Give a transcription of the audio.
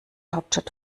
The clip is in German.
hauptstadt